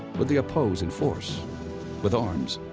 would they oppose in force with arms?